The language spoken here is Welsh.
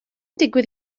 digwydd